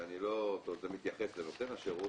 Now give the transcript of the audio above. שזה מתייחס לנותן השירות,